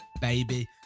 baby